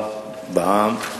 חברה ורווחה בע"מ".